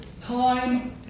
time